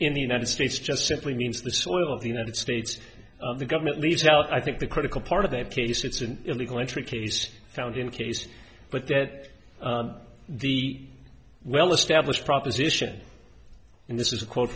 in the united states just simply means the soil of the united states the government leaves out i think the critical part of that case it's an illegal entry case found in the case but that the well established proposition and this is a quote